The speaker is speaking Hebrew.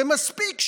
ומספיק,